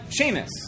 Seamus